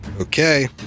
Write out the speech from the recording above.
Okay